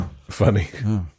Funny